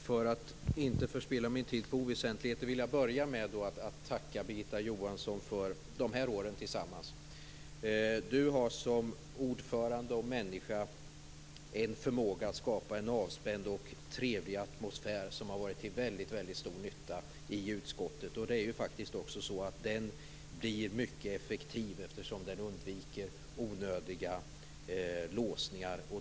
Herr talman! För att inte förspilla min tid på oväsentligheter vill jag börja med att tacka Birgitta Johansson för de här åren tillsammans. Du har som ordförande och människa en förmåga att skapa en avspänd och trevlig atmosfär. Det har varit till väldigt stor nytta i utskottet. Då blir det också mycket effektivt, eftersom man undviker onödiga låsningar.